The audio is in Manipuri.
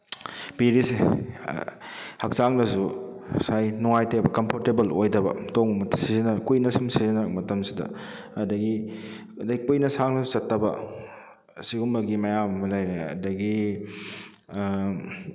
ꯄꯤꯔꯤꯁꯦ ꯍꯛꯆꯥꯡꯗꯁꯨ ꯉꯁꯥꯏ ꯅꯨꯡꯉꯥꯏꯇꯦꯕ ꯀꯝꯐꯣꯔꯇꯦꯕꯜ ꯑꯣꯏꯗꯕ ꯇꯣꯡꯕꯗ ꯁꯤꯖꯤꯟꯅꯕ ꯀꯨꯏꯅ ꯁꯨꯝ ꯁꯤꯖꯤꯟꯅꯔꯛ ꯃꯇꯝꯁꯤꯗ ꯑꯗꯨꯗꯒꯤ ꯑꯗꯨꯗꯩ ꯀꯨꯏꯅ ꯁꯥꯡꯅꯁꯨ ꯆꯠꯇꯕ ꯑꯁꯤꯒꯨꯝꯕꯒꯤ ꯃꯌꯥꯝ ꯑꯃ ꯂꯩꯔꯦ ꯑꯗꯨꯗꯒꯤ